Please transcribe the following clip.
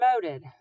promoted